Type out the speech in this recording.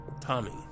Tommy